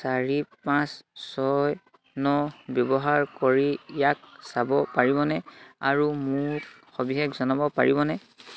চাৰি পাঁচ ছয় ন ব্যৱহাৰ কৰি ইয়াক চাব পাৰিবনে আৰু মোক সবিশেষ জনাব পাৰিবনে